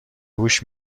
هوش